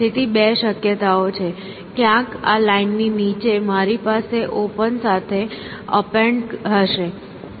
તેથી બે શક્યતાઓ છે ક્યાંક આ લાઇનની નીચે મારી પાસે ઓપન સાથે અપેન્ડ હશે